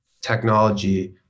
technology